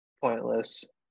pointless